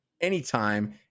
anytime